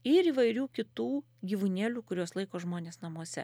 ir įvairių kitų gyvūnėlių kuriuos laiko žmonės namuose